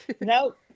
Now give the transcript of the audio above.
Nope